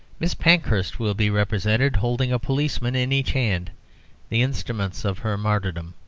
miss pankhurst will be represented holding a policeman in each hand the instruments of her martyrdom.